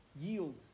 yield